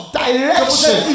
direction